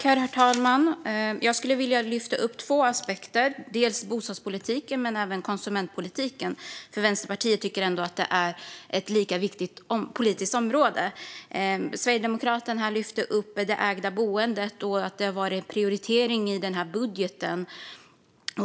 Herr talman! Jag skulle vilja lyfta fram två områden, bostadspolitiken och konsumentpolitiken. Vänsterpartiet tycker att de är lika viktiga politiska områden. Sverigedemokraten lyfte här fram det ägda boendet och att det har varit en prioritering i denna budget.